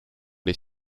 les